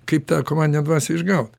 kaip tą komandinę dvasią išgaut